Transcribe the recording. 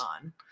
on